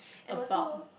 and also